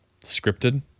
scripted